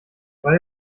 weil